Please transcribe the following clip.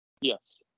Yes